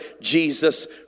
Jesus